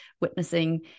witnessing